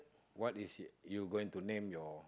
what is it you going to name your